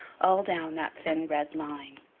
all down that thin red line.